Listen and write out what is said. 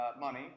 money